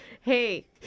hey